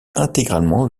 intégralement